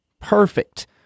perfect